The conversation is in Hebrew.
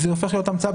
זה הופך להיות המצאה.